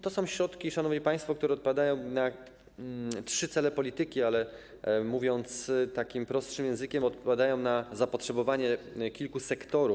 To są środki, szanowni państwo, które odpowiadają na trzy cele polityki, ale, mówiąc prostszym językiem, odpowiadają na zapotrzebowanie kilku sektorów.